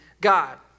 God